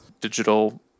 digital